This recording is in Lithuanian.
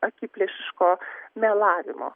akiplėšiško melavimo